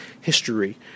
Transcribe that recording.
history